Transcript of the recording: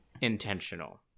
intentional